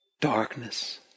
darkness